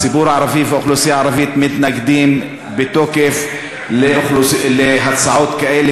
הציבור הערבי והאוכלוסייה הערבית מתנגדים בתוקף להצעות כאלה,